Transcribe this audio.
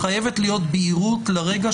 של נגישות לצדק מסוג מסוים תלויה בהחלטות שתתקבלנה